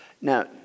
Now